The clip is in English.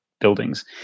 buildings